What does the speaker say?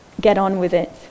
get-on-with-it